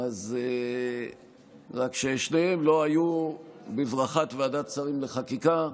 רק ששניהם לא היו בברכת ועדת שרים לחקיקה,